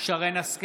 שרן מרים השכל,